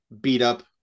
beat-up